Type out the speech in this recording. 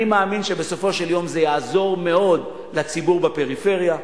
אני מאמין שבסופו של יום זה יעזור מאוד לציבור בפריפריה,